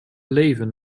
leven